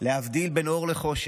להבדיל בין אור לחושך,